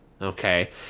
Okay